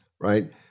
right